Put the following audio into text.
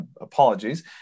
apologies